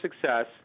success